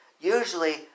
usually